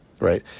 right